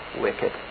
wicked